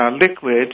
liquid